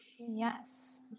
Yes